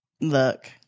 Look